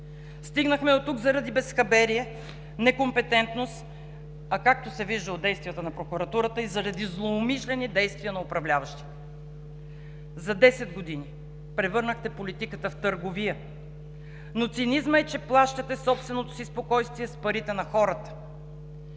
Стигнахме дотук заради безхаберие, некомпетентност, а както се вижда от действията на прокуратурата, и заради злоумишления на управляващите. За 10 години превърнахте политиката в търговия, но цинизмът е, че плащате собственото си спокойствие с парите на хората